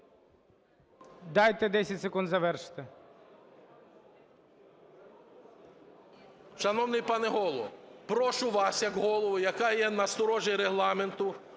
Дайте 10 секунд завершити.